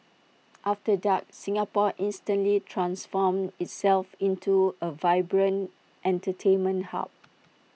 after dark Singapore instantly transforms itself into A vibrant entertainment hub